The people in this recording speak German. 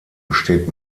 besteht